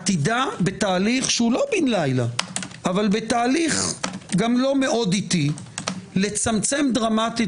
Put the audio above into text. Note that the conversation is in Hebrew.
עתידה בתהליך שאינו בן לילה - אבל גם לא מאוד איטי - לצמצם דרמטית